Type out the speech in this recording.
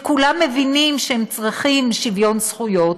כולם מבינים שהם צריכים שוויון זכויות,